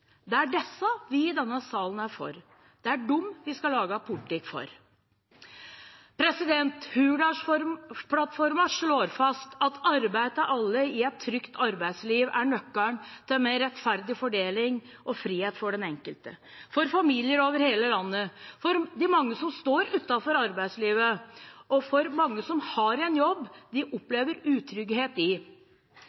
Det er disse vi i denne salen er her for, det er dem vi skal lage politikk for. Hurdalsplattformen slår fast at arbeid til alle i et trygt arbeidsliv er nøkkelen til mer rettferdig fordeling og frihet for den enkelte, for familier over hele landet, for de mange som står utenfor arbeidslivet, og for mange som har en jobb de